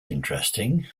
interesting